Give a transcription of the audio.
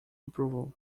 approval